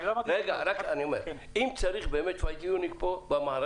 אני מדברת על אנשים מהסביבה של נצרת.